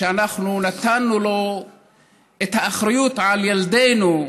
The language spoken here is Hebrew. שאנחנו נתנו לו את האחריות על ילדינו,